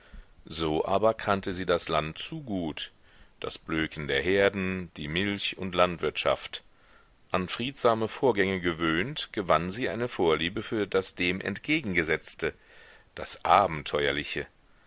so aber kannte sie das land zu gut das blöken der herden die milch und landwirtschaft an friedsame vorgänge gewöhnt gewann sie eine vorliebe für das dem entgegengesetzte das abenteuerliche